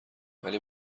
ولی